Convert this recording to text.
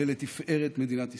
ולתפארת מדינת ישראל.